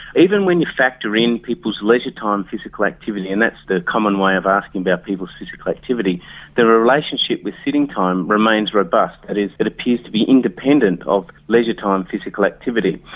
even when you factor in people's leisure time physical activity and that's the common way of asking about people's physical activity their ah relationship with sitting time remains robust, that is, it appears to be independent of leisure time physical activity.